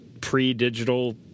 pre-digital